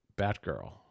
Batgirl